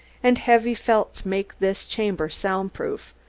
and heavy felts make this chamber sound-proof,